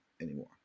anymore